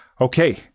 Okay